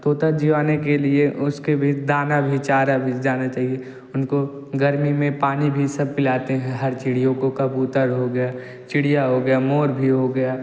तोता जिवाने के लिए उसके भी दाना विचारा भी जाना चाहिए उनको गर्मी में पानी भी सब पिलाते हैं हर चिड़ियों को कबूतर हो गया चिड़िया हो गया मोर भी हो गया